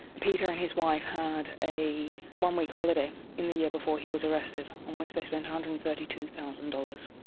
peter and his wife had a one-week holiday in the year before he was arrested in which they spent one hundred and thirty two thousand dollars.